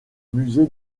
musée